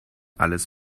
alles